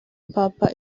papa